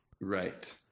Right